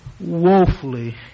woefully